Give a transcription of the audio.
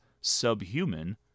subhuman